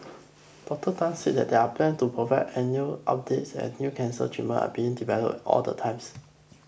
Doctor Tan said that there are plans to provide annual updates as new cancer treatments are being developed all the times